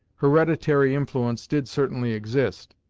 hereditary influence did certainly exist,